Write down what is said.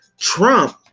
Trump